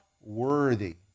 worthy